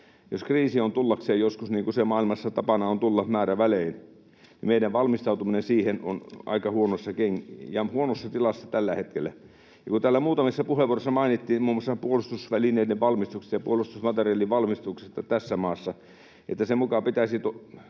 jos kriisi on tullakseen joskus, niin kuin sen maailmassa tapana on tulla määrävälein, niin meidän valmistautumisemme siihen on aika huonossa tilassa tällä hetkellä. Täällä muutamissa puheenvuoroissa mainittiin muun muassa puolustusvälineiden valmistuksesta ja puolustusmateriaalien valmistuksesta tässä maassa, että siinä ei